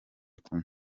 kumwe